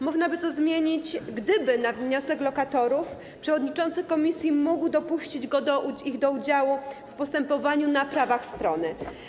Można by to zmienić, gdyby na wniosek lokatorów przewodniczący komisji mógł dopuścić ich do udziału w postępowaniu na prawach strony.